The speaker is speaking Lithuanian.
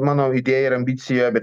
mano idėja ir ambicija bet